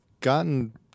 gotten